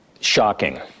Shocking